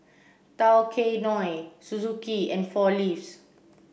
Tao Kae Noi Suzuki and Four Leaves